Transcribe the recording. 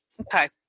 Okay